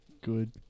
Good